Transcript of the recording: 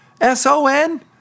S-O-N